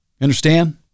Understand